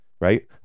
right